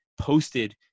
posted